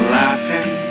laughing